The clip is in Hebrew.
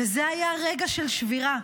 וזה היה רגע של שבירה.